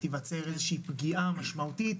ותיווצר איזושהי פגיעה משמעותית,